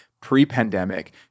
pre-pandemic